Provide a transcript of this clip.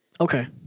Okay